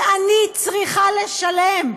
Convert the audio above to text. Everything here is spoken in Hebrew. ואני צריכה לשלם.